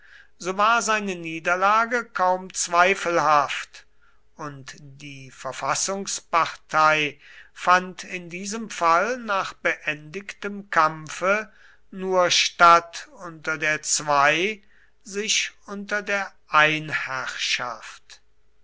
so war seine niederlage kaum zweifelhaft und die verfassungspartei fand in diesem fall nach beendigtem kampfe nur statt unter der zwei sich unter der